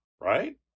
right